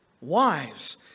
wives